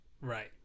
Right